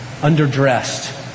underdressed